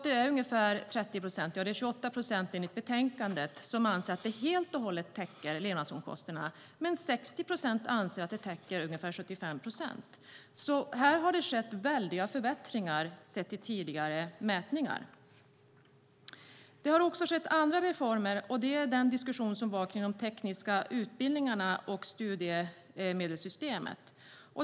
Det är ungefär 30 procent - ja, 28 procent enligt betänkandet - som anser att det helt och hållet täcker levnadsomkostnaderna, medan 60 procent anser att det täcker ungefär 75 procent. Här har det skett väldiga förbättringar sett till tidigare mätningar. Det har också skett andra reformer. Där har vi den diskussion som var kring de tekniska utbildningarna och studiemedelssystemet.